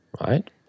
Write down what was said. Right